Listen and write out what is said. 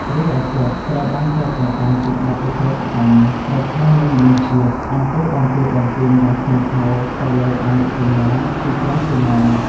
រីឯគាត់ត្រូវបានចោទប្រកាន់ពីបទឧក្រិដ្ឋកម្ម ប្រឆាំងនឹងមនុស្សជាតិ អំពើបំពារបំពានយ៉ាងធ្ងន់ធ្ងរទៅលើអនុសញ្ញា ទីក្រុងហ្សឺណែវ ។